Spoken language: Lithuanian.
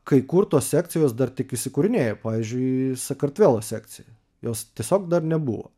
kai kur tos sekcijos dar tik įsikūrinėja pavyzdžiui sakartvelo sekcija jos tiesiog dar nebuvo